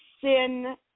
sin